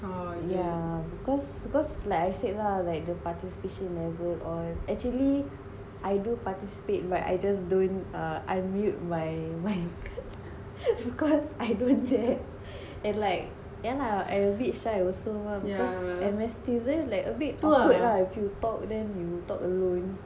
yeah because because like I said lah like the participation never all actually I do participate but I just don't unmute my mic because I don't dare and like ya lah ever~ a bit takut ah when if you talk then you will talk alone